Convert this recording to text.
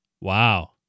Wow